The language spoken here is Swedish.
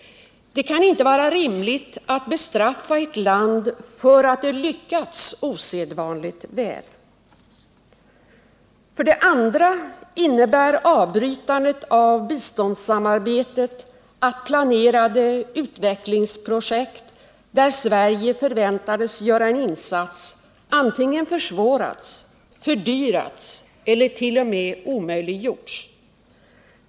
Det kan inte vara rimligt att bestraffa ett land för att det lyckats osedvanligt väl. För det andra innebär avbrytandet av biståndssamarbetet att planerade utvecklingsprojekt, där Sverige förväntats göra en insats, antingen försvårats, fördyrats eller t.o.m. omöjliggjorts.